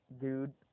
dude